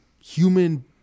human